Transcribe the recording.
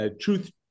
truth